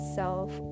self